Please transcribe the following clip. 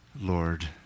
Lord